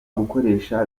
gukoresha